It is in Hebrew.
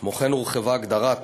כמו כן, הורחבה הגדרת